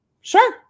sure